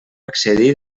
excedir